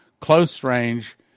close-range